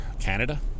Canada